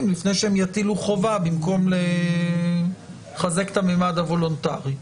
לפני שהם יתחילו חובה במקום לחזק את המימד הוולונטרי,